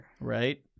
right